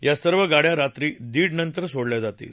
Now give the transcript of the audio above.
या सर्व गाड़या रात्री दीडनंतर सोड सोडल्या जातील